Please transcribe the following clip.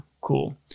cool